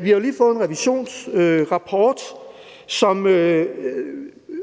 Vi har jo lige fået en revisionsrapport, som